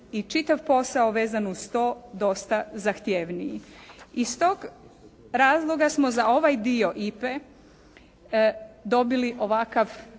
i čitav posao vezan uz to dosta zahtjevniji. Iz tog razloga smo za ovaj dio IPA-e dobili ovakav